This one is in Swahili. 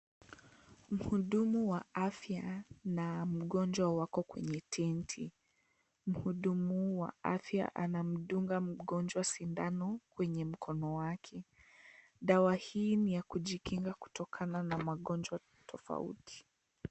Mhudumu wa afya na mgonjwa wako kwenye tenti. Mhudumu wa afya anamdunga mgonjwa sindano kwenye mkono wake. Dawa hii ni ya kujikinga kutokana na magonjwa tofauti.